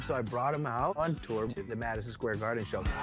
so i brought him out on tour to the madison square garden show.